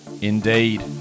Indeed